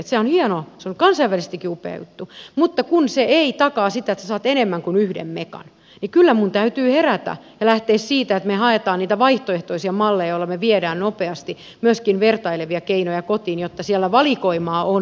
sehän on hienoa se on kansainvälisestikin upea juttu mutta kun se ei takaa sitä että saat enemmän kuin yhden megan niin kyllä minun täytyy herätä ja lähteä siitä että me haemme vaihtoehtoisia malleja joilla me viemme nopeasti myöskin vertailevia keinoja kotiin jotta siellä valikoimaa on enemmän